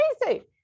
crazy